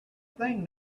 thing